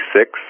six